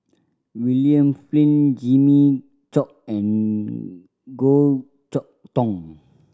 William Flint Jimmy Chok and Goh Chok Tong